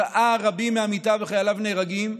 ראה רבים מעמיתיו וחייליו נהרגים,